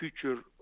future